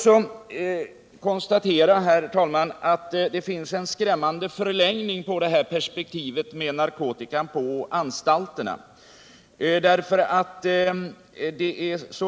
Herr talman! Det finns också en skrämmande förlängning av perspektivet med narkotikan på anstalterna.